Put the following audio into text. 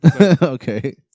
Okay